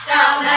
Down